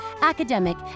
academic